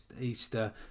Easter